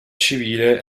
civile